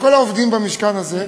לכל העובדים במשכן הזה.